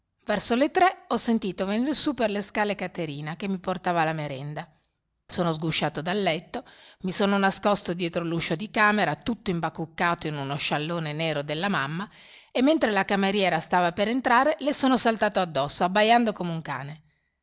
verso le tre ho sentito venir su per le scale caterina che mi portava la merenda sono sgusciato dal letto mi sono nascosto dietro l'uscio di camera tutto imbacuccato in uno sciallone nero della mamma e mentre la cameriera stava per entrare le sono saltato addosso abbaiando come un cane